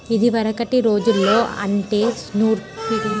ఇదివరకటి రోజుల్లో అంటే నూర్పిడి చేసే రోజు చానా మంది కూలోళ్ళు కావాల్సి వచ్చేది